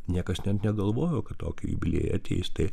niekas net negalvojo kad tokie jubiliejai ateis tai